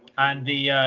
on the oh,